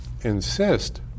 insist